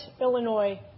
Illinois